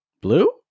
blue